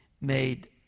made